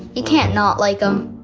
you can't not like em